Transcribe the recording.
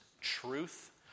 truth